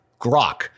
Grok